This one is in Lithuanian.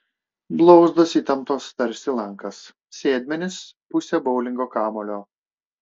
blauzdos įtemptos tarsi lankas sėdmenys pusė boulingo kamuolio